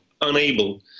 unable